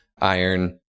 iron